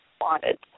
wanted